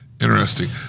Interesting